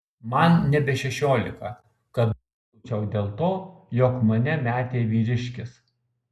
man nebe šešiolika kad dūsaučiau dėl to jog mane metė vyriškis